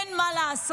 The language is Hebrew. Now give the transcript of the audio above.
אין מה לעשות,